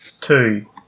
two